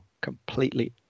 completely